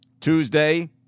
Tuesday